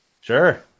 Sure